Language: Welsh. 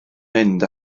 mynd